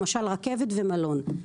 למשל: רכבת ומלון,